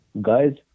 Guys